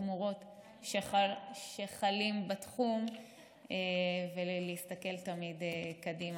התמורות שחלות בתחום ולהסתכל תמיד קדימה.